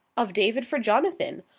of david for jonathan,